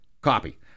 copy